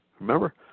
Remember